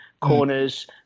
corners